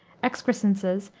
excrescences,